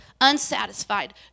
unsatisfied